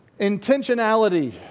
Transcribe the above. Intentionality